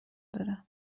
داره